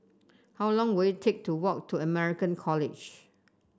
how long will it take to walk to American College